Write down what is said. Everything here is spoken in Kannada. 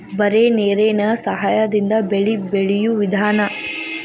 ಬರೇ ನೇರೇನ ಸಹಾದಿಂದ ಬೆಳೆ ಬೆಳಿಯು ವಿಧಾನಾ